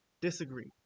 disagree